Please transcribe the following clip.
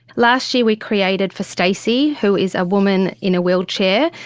last year we created for stacey, who is a woman in a wheelchair,